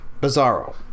Bizarro